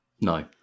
No